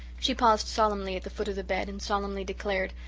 she paused solemnly at the foot of the bed and solemnly declared,